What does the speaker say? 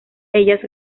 ellas